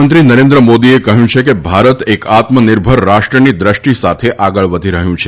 પ્રધાનમંત્રી નરેન્દ્ર મોદીએ કહ્યું છે કે ભારત એક આત્મનિર્ભર રાષ્ટ્રની દ્રષ્ટિ સાથે આગળ વધી રહ્યું છે